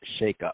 shakeup